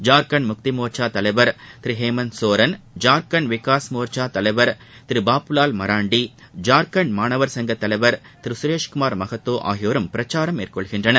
ஜார்க்கண்ட் முக்தி மோர்ச்சா தலைவர் திரு ஹேமந்த் சோரன் ஜார்க்கண்ட் விகாஸ் மோர்ச்சா தலைவர் திரு பாபுலால் மராண்டி ஜார்க்கண்ட் மாணவர் சங்கத் தலைவர் திரு சுரேஷ்குமார் மஹாத்தோ ஆகியோரும் பிரச்சாரம் மேற்கொள்கிறார்கள்